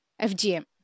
FGM